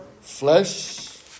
Flesh